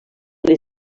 les